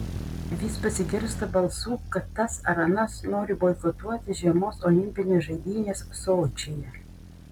vis pasigirsta balsų kad tas ar anas nori boikotuoti žiemos olimpines žaidynes sočyje